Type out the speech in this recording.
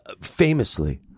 famously